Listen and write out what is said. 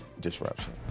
disruption